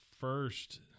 first